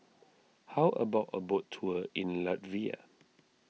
how about a boat tour in Latvia